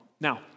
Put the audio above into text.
Now